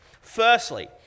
Firstly